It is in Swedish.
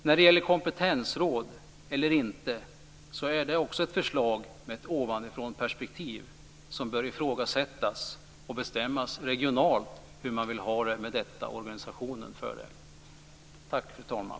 Förslaget om kompetensråd har ett ovanifrånperspektiv, som bör ifrågasättas. Hur detta skall organiseras bör i stället bestämmas regionalt. Tack, fru talman!